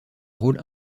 rôle